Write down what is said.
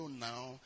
now